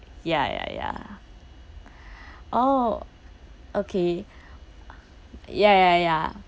ya ya ya oh okay ya ya ya ya I